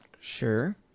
Sure